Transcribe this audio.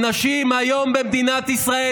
האנשים היום במדינת ישראל,